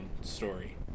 story